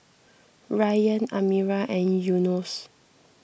Ryan Amirah and Yunos